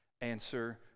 answer